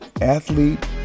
athlete